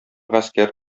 гаскәр